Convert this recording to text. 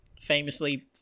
famously